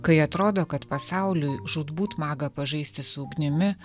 kai atrodo kad pasauliui žūtbūt maga pažaisti su ugnimi